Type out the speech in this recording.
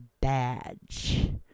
badge